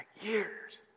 years